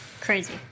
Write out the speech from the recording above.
Crazy